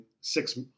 six